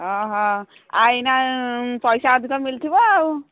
ଅଃ ଏଇନା ପଇସା ଅଧିକ ମିଳୁଥିବ